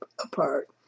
apart